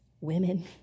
women